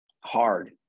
hard